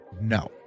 No